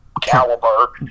caliber